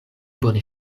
bone